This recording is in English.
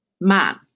man